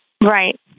Right